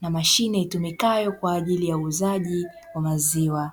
mashine itumikayo kwa ajili ya uuzaji wa maziwa.